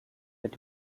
mit